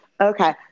okay